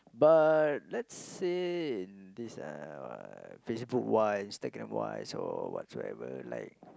but let's say this uh Facebook wise Instagram wise or whatsoever like